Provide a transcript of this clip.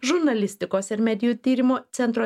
žurnalistikos ir medijų tyrimo centro